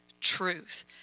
truth